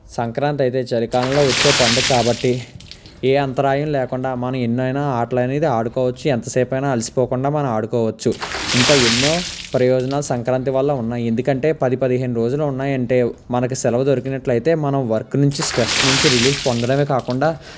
సంక్రాంతి అయితే చలికాలంలో వచ్చే పండుగ కాబట్టి ఏ అంతరాయం లేకుండా మనం ఎన్నైనా ఆటలు అనేది ఆడుకోవచ్చు ఎంతసేపైనా అలసిపోకుండా మనం ఆడుకోవచ్చు ఇంకా ఎన్నో ప్రయోజనాలు సంక్రాంతి వల్ల ఉన్నాయి ఎందుకంటే పది పదిహేను రోజులు ఉన్నాయి అంటే మనకి సెలవు దొరికినట్లైతే మనం వర్కు నుంచి స్ట్రెస్ నుంచి రిలీఫ్ పొందడమే కాకుండా